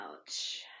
Ouch